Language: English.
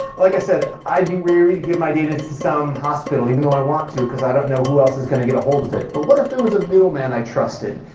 like i said, i'd be weary to give my data to some hospital, even though i want to, because i don't know who else is going to get a hold of it. but what if there was a middleman i trusted,